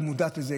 היא מודעת לזה,